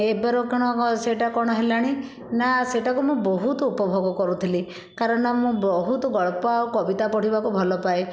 ଏବେର କଣ ସେଟା କଣ ହେଲାଣି ନା ସେଟାକୁ ମୁଁ ବହୁତ ଉପଭୋଗ କରୁଥିଲି କାରଣ ମୁଁ ବହୁତ ଗଳ୍ପ ଆଉ କବିତା ପଢ଼ିବାକୁ ଭଲପାଏ